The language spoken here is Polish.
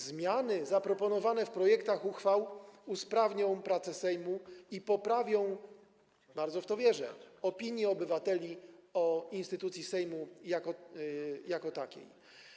Zmiany zaproponowane w projektach uchwał usprawnią pracę Sejmu i poprawią, bardzo w to wierzę, opinię obywateli o instytucji Sejmu jako takiej.